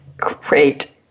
Great